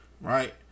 right